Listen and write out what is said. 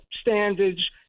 standards